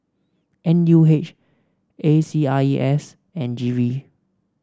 N U H A C R E S and G V